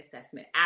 assessment